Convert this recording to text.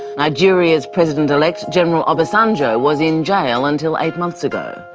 nigeria's president-elect, general obasanjo, was in jail until eight months ago,